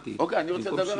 אגב, פיקוח ובקרה על